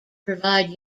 provide